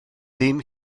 ddim